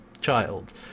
child